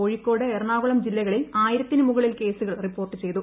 കോഴിക്കോട് എറണാകുളം ജില്ലകളിൽ ആയിരത്തിന് മുകളിൽ കേസുകൾ റിപ്പോർട്ട് ചെയ്തു